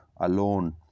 alone